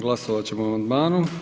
Glasovat ćemo o amandmanu.